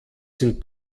sind